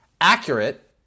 accurate